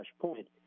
point